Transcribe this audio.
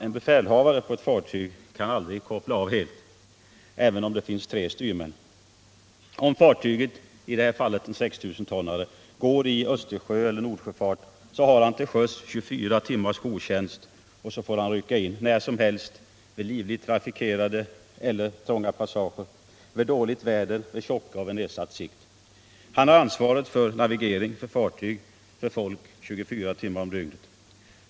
En befälhavare på ett fartyg kan aldrig koppla av helt, även om det finns tre styrmän ombord. Om fartyget — i detta fall en 6 000-tonnare — går i Östersjöeller Nordsjöfart, har befälhavaren till sjöss 24 timmars jourtjänst. Han får rycka in när som helst när fartyget går i livligt trafikerade eller trånga passager, vid dåligt väder, vid tjocka och vid nedsatt sikt. Befälhavaren har ansvar för navigering, för fartyg och folk 24 timmar om dygnet.